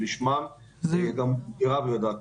אנחנו רואים שב-2018